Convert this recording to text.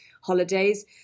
holidays